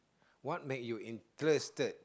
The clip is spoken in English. what make you interested